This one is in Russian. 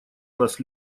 нас